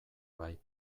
bai